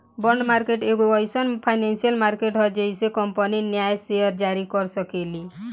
bond market एगो एईसन financial market ह जेइसे कंपनी न्या सेयर जारी कर सकेली